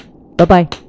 Bye-bye